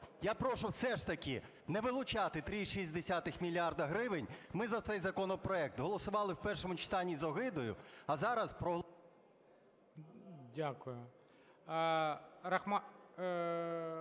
Я прошу все ж таки не вилучати 3,6 мільярди гривень. Ми за цей законопроект голосували в першому читанні з огидою, а зараз… ГОЛОВУЮЧИЙ. Дякую.